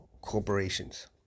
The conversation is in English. corporations